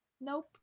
nope